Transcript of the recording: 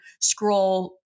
scroll